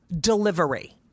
Delivery